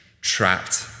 trapped